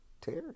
Terry